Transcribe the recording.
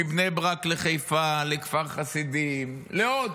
מבני ברק לחיפה, לכפר חסידים, לעוד